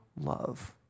love